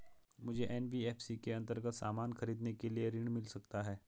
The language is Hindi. मुझे एन.बी.एफ.सी के अन्तर्गत सामान खरीदने के लिए ऋण मिल सकता है?